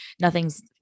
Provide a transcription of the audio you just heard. nothing's